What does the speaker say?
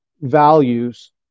values